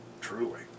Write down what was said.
truly